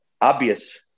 obvious